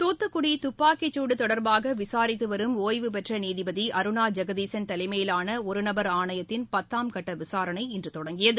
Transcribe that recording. தூத்துக்குடி துப்பாக்கிச்சூடு தொடர்பாக விசாரித்து வரும் ஒய்வுபெற்ற நீதிபதி அருணா ஜெகதீசன் தலைமையிலான ஒருநபர் ஆணையத்தின் பத்தாம் கட்ட விசாரணை இன்று தொடங்கியது